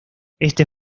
este